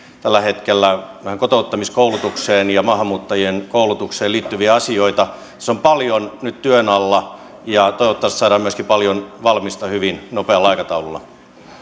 tällä hetkellä näihin kotouttamiskoulutukseen ja maahanmuuttajien koulutukseen liittyviä asioita tässä on paljon nyt työn alla ja toivottavasti saadaan myöskin paljon valmista hyvin nopealla aikataululla